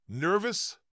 Nervous